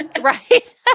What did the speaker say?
Right